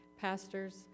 pastors